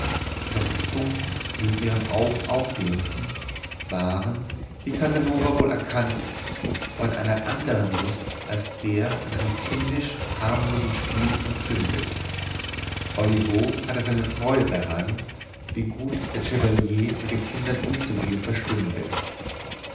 doch die funken die in ihren augen aufglimmten waren wie casanova wohl erkannte von einer andern lust als der an einem kindisch harmlosen spiel entzündet olivo hatte seine freude daran wie gut der chevalier mit den kindern umzugehen verstünde